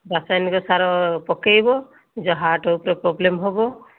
ରାସାୟନିକ ସାର ପକାଇବ ଯାହା ହାର୍ଟ ଉପରେ ପ୍ରୋବ୍ଲେମ ହେବ